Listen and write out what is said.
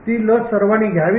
ती लस सर्वांनी घ्यावी